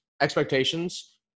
expectations